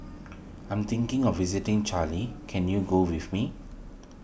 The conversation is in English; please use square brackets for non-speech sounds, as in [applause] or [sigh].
I am thinking of visiting [unintelligible] can you go with me